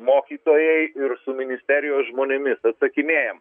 mokytojai ir su ministerijos žmonėmis atsakinėjam